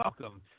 Welcome